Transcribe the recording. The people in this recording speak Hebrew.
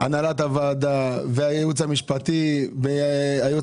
הנהלת הוועדה והייעוץ המשפטי --- רגע,